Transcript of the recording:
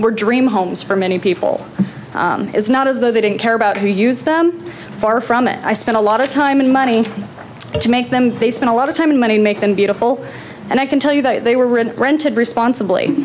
were dream homes for many people is not as though they didn't care about who use them far from it i spent a lot of time and money to make them they spent a lot of time and money make them beautiful and i can tell you that they were rented responsibly